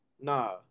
Nah